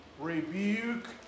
rebuke